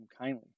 kindly